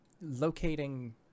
Locating